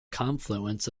confluence